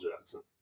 Jackson